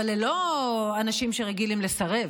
אבל הם לא אנשים שרגילים לסרב,